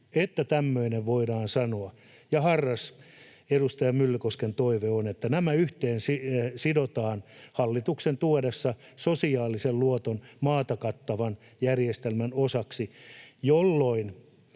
syy tai muu syy. Harras edustaja Myllykosken toive on, että nämä sidotaan yhteen hallituksen tuodessa sosiaalisen luototuksen maata kattavan järjestelmän, jolloin